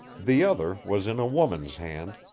the other was in a woman's hand,